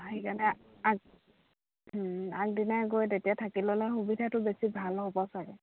সেইকাৰণে আগ আগদিনাই গৈ তেতিয়া থাকিলে ল'লে সুবিধাটো বেছি ভাল হ'ব চাগে